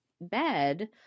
bed